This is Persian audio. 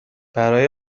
برای